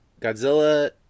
Godzilla